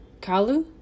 Kalu